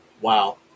Wow